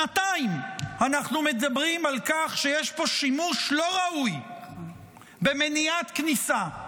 שנתיים אנחנו מדברים על כך שיש פה שימוש לא ראוי במניעת כניסה.